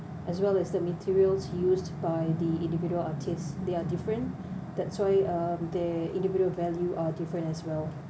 as well as the materials used by the individual artists they are different that's why uh their individual value are different as well